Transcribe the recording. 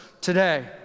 today